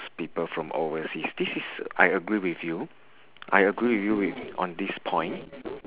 people from overseas this is I agree with you I agree with you with on this point